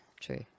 true